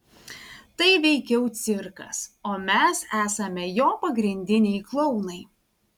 tai veikiau cirkas o mes esame jo pagrindiniai klounai